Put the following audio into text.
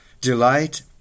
Delight